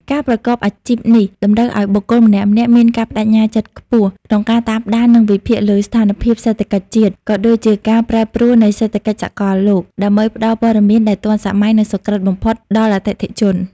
ការប្រកបអាជីពនេះតម្រូវឱ្យបុគ្គលម្នាក់ៗមានការប្ដេជ្ញាចិត្តខ្ពស់ក្នុងការតាមដាន និងវិភាគលើស្ថានភាពសេដ្ឋកិច្ចជាតិ ក៏ដូចជាការប្រែប្រួលនៃសេដ្ឋកិច្ចសកលលោក ដើម្បីផ្ដល់ព័ត៌មានដែលទាន់សម័យ និងសុក្រឹតបំផុតដល់អតិថិជន។